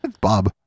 bob